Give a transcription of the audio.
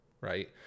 right